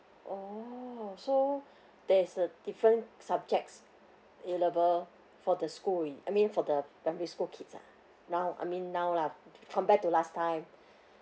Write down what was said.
oh so there's a different subjects A level for the school in I mean for the primary school kids ah now I mean now lah compare to last time